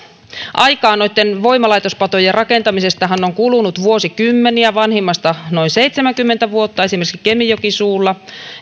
aikaahan noitten voimalaitospatojen rakentamisesta on kulunut vuosikymmeniä vanhimmasta noin seitsemänkymmentä vuotta esimerkiksi kemijoki suulla